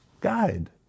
guide